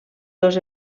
dos